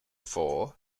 for